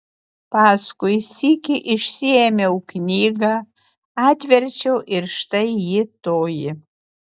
paskui sykį išsiėmiau knygą atverčiau ir štai ji toji